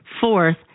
Fourth